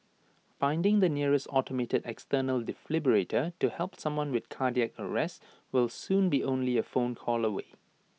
finding the nearest automated external defibrillator to help someone with cardiac arrest will soon be only A phone call away